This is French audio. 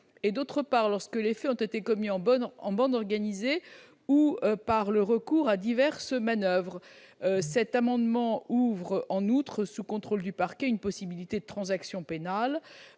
d'autre part, lorsque les faits ont été commis en bande organisée ou par le recours à diverses manoeuvres. Il vise en outre à ouvrir, sous le contrôle du parquet, une possibilité de transaction pénale